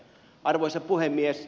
arvoisa puhemies